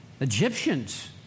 Egyptians